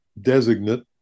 designate